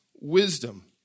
wisdom